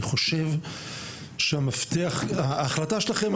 ההחלטה שלכם,